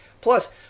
Plus